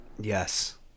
Yes